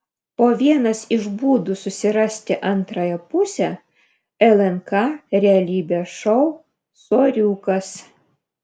o vienas iš būdų susirasti antrąją pusę lnk realybės šou soriukas